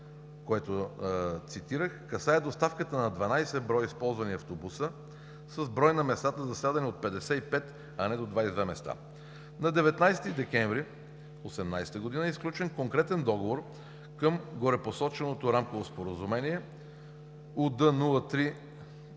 което цитирах, касае доставката на 12 броя използвани автобуса с брой на местата за сядане от 55, а не до 22 места. На 19 декември 2018 г. е сключен конкретен договор към горепосоченото Рамково споразумение, № УД 03-43,